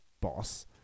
boss